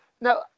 Now